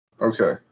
Okay